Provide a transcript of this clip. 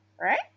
right